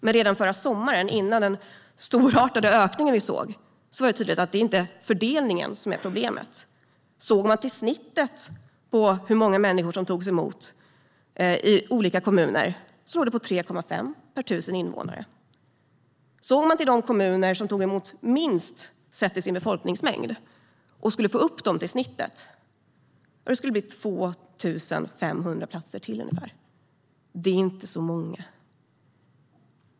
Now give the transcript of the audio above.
Men redan förra sommaren, före den stora ökningen, var det tydligt att det inte är fördelningen som är problemet. Snittet för hur många människor som togs emot i olika kommuner låg på 3,5 per 1 000 invånare. Såg man till de kommuner som tog emot minst sett till sin befolkningsmängd och skulle få upp dem till snittet skulle det bli ungefär 2 500 platser till. Det är inte så många.